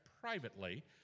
privately